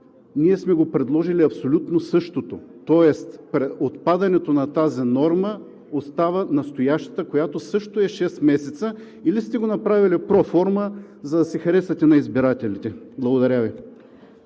ние сме предложили абсолютно същото, тоест с отпадането на тази норма остава настоящата, която също е шест месеца, или пък сте го направили проформа, за да се харесате на избирателите. Благодаря Ви.